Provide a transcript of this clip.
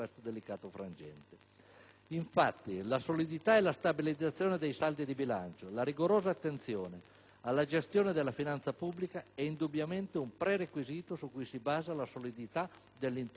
Infatti, la solidità e la stabilizzazione dei saldi di bilancio, la rigorosa attenzione alla gestione della finanza pubblica indubbiamente rappresentano un prerequisito su cui si basa la solidità dell'intero sistema nazionale.